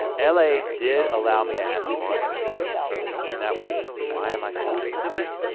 l a. did allow me to ask a new question and that was why am i still doing this?